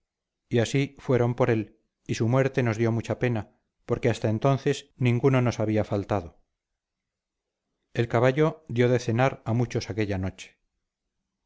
y así fueron por él y su muerte nos dio mucha pena porque hasta entonces ninguno nos había faltado el caballo dio de cenar a muchos aquella noche